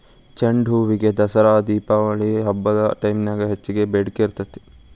ಚಂಡುಹೂಕ ದಸರಾ ದೇಪಾವಳಿ ಹಬ್ಬದ ಟೈಮ್ನ್ಯಾಗ ಹೆಚ್ಚಗಿ ಬೇಡಿಕಿ ಇರ್ತೇತಿ